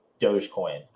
Dogecoin